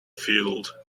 field